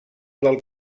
del